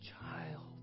child